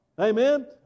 Amen